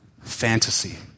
fantasy